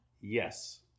Yes